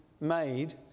made